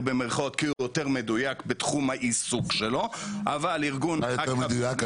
יותר כי הוא יותר מדויק בתחום העיסוק שלו --- מה יותר מדויק?